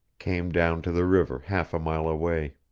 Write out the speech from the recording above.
came down to the river half a mile away.